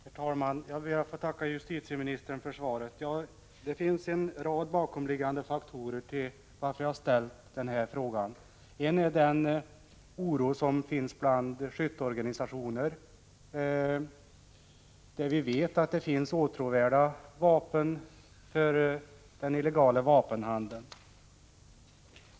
Herr talman! Jag ber att få tacka justitieministern för svaret. Det finns en rad bakomliggande faktorer som har gjort att jag har ställt denna fråga. En är oron bland skytteorganisationer, där det finns åtråvärda vapen för den illegala vapenhandeln.